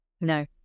No